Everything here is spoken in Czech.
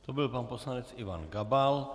To byl pan poslanec Ivan Gabal.